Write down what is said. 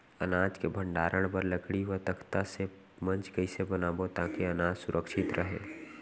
अनाज के भण्डारण बर लकड़ी व तख्ता से मंच कैसे बनाबो ताकि अनाज सुरक्षित रहे?